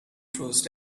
trust